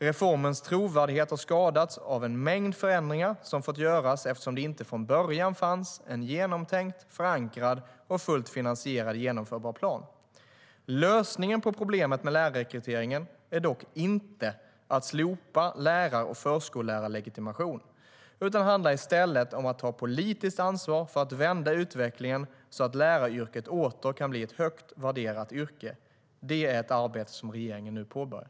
Reformens trovärdighet har skadats av en mängd förändringar som fått göras eftersom det inte från början fanns en genomtänkt, förankrad och fullt finansierad genomförbar plan. Lösningen på problemet med lärarrekryteringen är dock inte att slopa lärar och förskollärarlegitimation utan handlar i stället om att ta politiskt ansvar för att vända utvecklingen så att läraryrket åter kan bli ett högt värderat yrke. Det är ett arbete som regeringen nu påbörjar.